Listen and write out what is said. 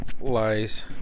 Lies